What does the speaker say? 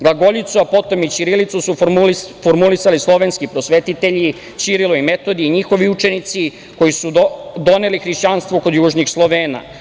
Glagoljicu, a potom i ćirilicu su formulisali slovenski prosvetitelji Ćirilo i Metodije i njihovi učenici koji su doneli hrišćanstvo kod južnih Slovena.